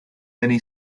many